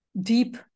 deep